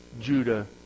Judah